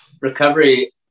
recovery